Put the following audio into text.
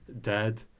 dead